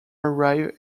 arrive